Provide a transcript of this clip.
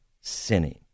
sinning